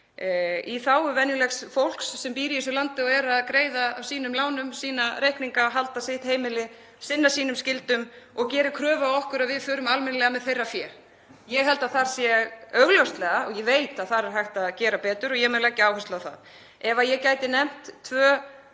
í þágu venjulegs fólks sem býr í þessu landi og er að greiða af sínum lánum, sína reikninga, að halda sitt heimili, sinna sínum skyldum og gerir kröfu á okkur að við förum almennilega með þeirra fé. Ég held að þar sé augljóslega, og ég veit að þar er hægt að gera betur og ég mun leggja áherslu á það. Ef ég gæti nefnt tvö